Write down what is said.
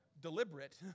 deliberate